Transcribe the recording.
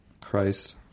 christ